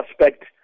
suspect